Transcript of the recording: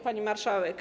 Pani Marszałek!